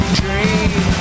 dream